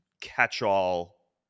catch-all